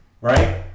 Right